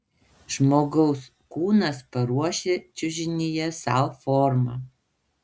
žmogaus kūnas paruošia čiužinyje sau formą